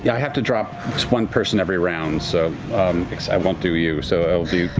yeah i have to drop one person every round, so i won't do you, so it'll be